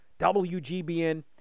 WGBN